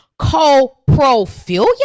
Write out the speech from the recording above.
coprophilia